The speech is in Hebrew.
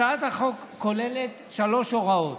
הצעת החוק כוללת שלוש הוראות: